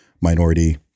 minority